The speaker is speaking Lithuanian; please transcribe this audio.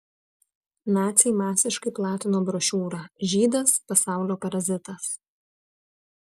naciai masiškai platino brošiūrą žydas pasaulio parazitas